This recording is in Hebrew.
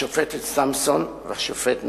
השופטת סמסון והשופט נדל,